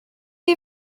imi